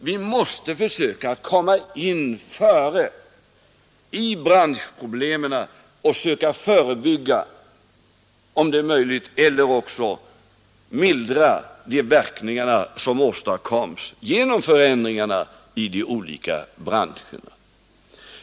Vi måste försöka att komma in före i branschproblemen och söka förebygga, om det är möjligt, eller åtminstone mildra de verkningar som orsakas av förändringarna i de olika branscherna.